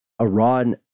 Iran